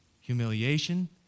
humiliation